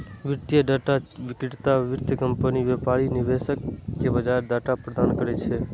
वित्तीय डाटा विक्रेता वित्तीय कंपनी, व्यापारी आ निवेशक कें बाजार डाटा प्रदान करै छै